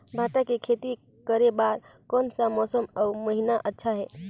भांटा के खेती करे बार कोन सा मौसम अउ महीना अच्छा हे?